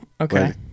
okay